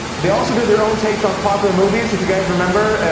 they also do their own takes on popular movies. if you guys remember,